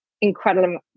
incredible